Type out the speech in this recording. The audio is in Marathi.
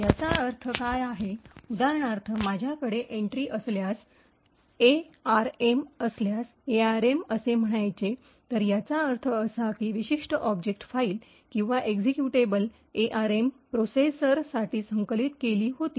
याचा अर्थ काय आहे उदाहरणार्थ माझ्याकडे एन्ट्री असल्यास एआरएम असल्यास एआरएम असे म्हणायचे तर याचा अर्थ असा की ही विशिष्ट ऑब्जेक्ट फाईल किंवा एक्झिक्युटेबल एआरएम प्रोसेसरसाठी संकलित केली होती